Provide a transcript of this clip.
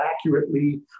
accurately